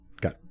got